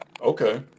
Okay